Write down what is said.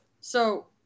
So-